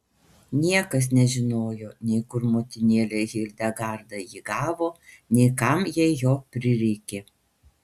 niekas nežinojo nei kur motinėlė hildegarda jį gavo nei kam jai jo prireikė